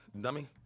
Dummy